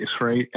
right